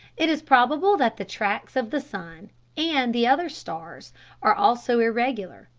it is probable that the tracks of the sun and the others stars are also irregular,